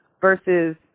versus